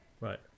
Right